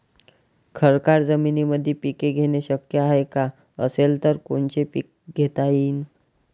खडकाळ जमीनीमंदी पिके घेणे शक्य हाये का? असेल तर कोनचे पीक घेता येईन?